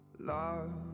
Love